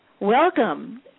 Welcome